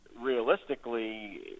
realistically